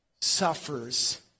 suffers